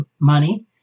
money